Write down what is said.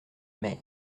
mère